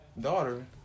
daughter